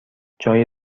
جای